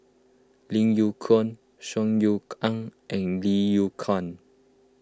Lim Yew Kuan Saw Ean Ang and Lim Yew Kuan